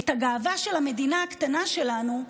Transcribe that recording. את הגאווה של המדינה הקטנה שלנו,